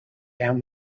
down